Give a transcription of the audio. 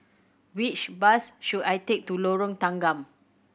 which bus should I take to Lorong Tanggam